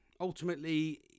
ultimately